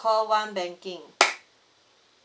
call one banking